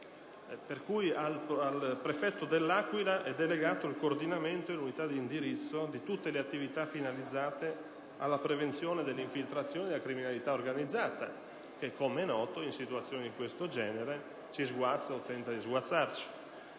per cui al prefetto dell'Aquila è delegato il coordinamento e l'unità di indirizzo di tutte le attività finalizzate alla prevenzione delle infiltrazioni della criminalità organizzata che, com'è noto, in situazioni di questo genere ci sguazza o tenta di farlo;